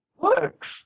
works